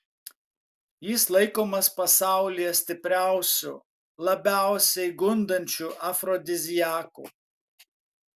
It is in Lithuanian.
jis laikomas pasaulyje stipriausiu labiausiai gundančiu afrodiziaku